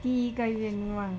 第一个愿望